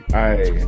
hey